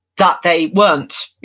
that they weren't,